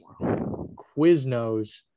Quiznos